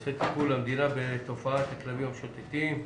בנושא טיפול המדינה בתופעת הכלבים המשוטטים.